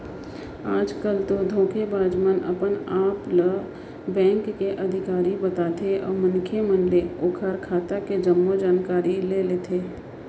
आज कल तो धोखेबाज मन अपन आप ल बेंक के अधिकारी बताथे अउ मनखे मन ले ओखर खाता के जम्मो जानकारी ले लेथे